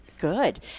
Good